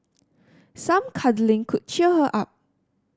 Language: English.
some cuddling could cheer her up